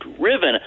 driven